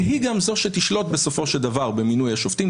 והיא גם זו שתשלוט בסופו של דבר במינוי השופטים.